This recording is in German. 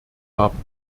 haben